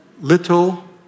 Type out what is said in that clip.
Little